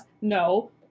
No